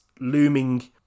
looming